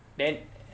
then